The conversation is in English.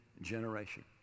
generation